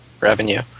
Revenue